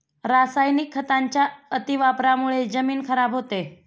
रासायनिक खतांच्या अतिवापरामुळे जमीन खराब होते